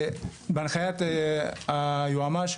בהנחיית היועמ"ש,